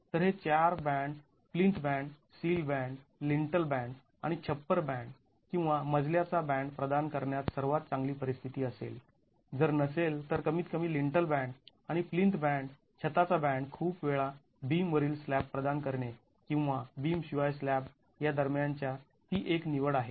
तर हे चार band plinth band sill band lintel band आणि छप्पर बॅन्ड किंवा मजल्या चा बॅन्ड प्रदान करण्यात सर्वात चांगली परिस्थिती असेल जर नसेल तर कमीत कमी लिन्टल बॅन्ड आणि प्लिंथ बॅन्ड छताचा बॅन्ड खूप वेळा बीम वरील स्लॅब प्रदान करणे किंवा बीम शिवाय स्लॅब या दरम्यान ती एक निवड आहे